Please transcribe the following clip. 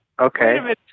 Okay